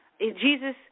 Jesus